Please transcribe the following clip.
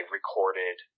recorded